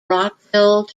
rockville